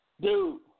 Dude